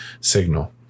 signal